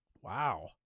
Wow